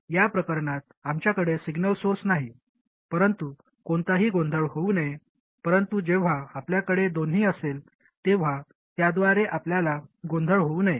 या प्रकरणात आमच्याकडे सिग्नल सोर्स नाही म्हणून कोणताही गोंधळ होऊ नये परंतु जेव्हा आपल्याकडे दोन्ही असेल तेव्हा त्याद्वारे आपल्याला गोंधळ होऊ नये